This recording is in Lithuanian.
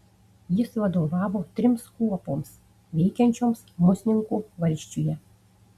jis vadovavo trims kuopoms veikiančioms musninkų valsčiuje